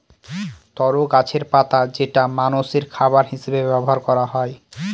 তরো গাছের পাতা যেটা মানষের খাবার হিসেবে ব্যবহার করা হয়